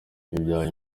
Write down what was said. ibyuma